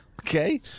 Okay